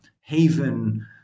haven